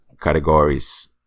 categories